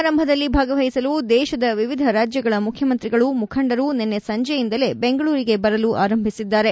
ಸಮಾರಂಭದಲ್ಲಿ ಭಾಗವಹಿಸಲು ದೇಶದ ವಿವಿಧ ರಾಜ್ಯಗಳ ಮುಖ್ಯಮಂತ್ರಿಗಳು ಮುಖಂಡರು ನಿನ್ನೆ ಸಂಜೆಯುಂದಲೇ ಬೆಂಗಳೂರಿಗೆ ಬರಲು ಆರಂಭಿಸಿದ್ದಾರೆ